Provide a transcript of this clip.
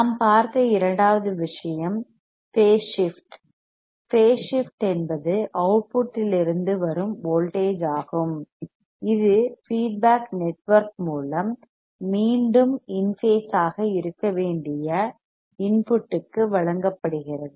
நாம் பார்த்த இரண்டாவது விஷயம் பேஸ் ஷிப்ட் பேஸ் ஷிப்ட் என்பது அவுட்புட்டில் இருந்து வரும் வோல்டேஜ் ஆகும் இது ஃபீட்பேக் நெட்வொர்க் மூலம் மீண்டும் இன்பேஸ் ஆக இருக்க வேண்டிய இன்புட் க்கு வழங்கப்படுகிறது